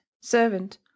servant